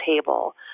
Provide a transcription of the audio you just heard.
table